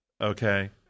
okay